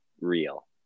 real